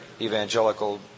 evangelical